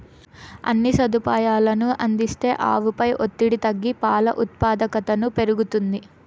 అన్ని సదుపాయాలనూ అందిస్తే ఆవుపై ఒత్తిడి తగ్గి పాల ఉత్పాదకతను పెరుగుతుంది